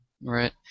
Right